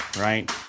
Right